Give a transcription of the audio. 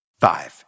Five